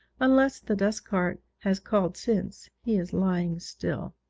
unless the dustcart has called since, he is lying still.